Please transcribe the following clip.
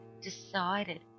decided